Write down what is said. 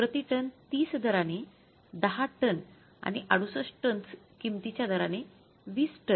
प्रतिटन 30 दराने 10 टन आणि 68 टन्स किंमतीच्या दराने 20 टन